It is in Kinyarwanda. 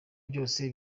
byose